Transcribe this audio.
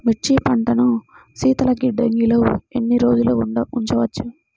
మిర్చి పంటను శీతల గిడ్డంగిలో ఎన్ని రోజులు ఉంచవచ్చు?